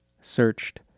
searched